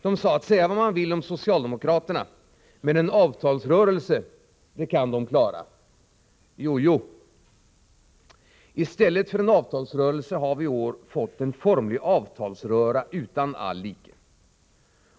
De sade att ”säga vad man vill om socialdemokraterna, men en avtalsrörelse kan de klara”. Jojo! Istället för en avtalsrörelse har vi i år fått en formlig avtalsröra utan all like.